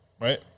Right